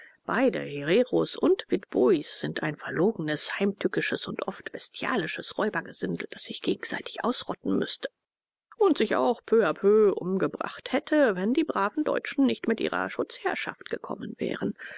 beide hereros und witbois sind ein verlogenes heimtückisches und oft bestialisches räubergesindel das sich gegenseitig ausrotten müßte und sich auch peu peu umgebracht hätte wenn die braven deutschen nicht mit ihrer schutzherrschaft gekommen wären